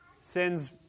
sends